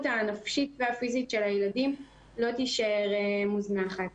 הנפשית והפיזית של הילדים לא תישאר מוזנחת.